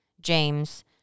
James